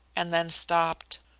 and then stopped.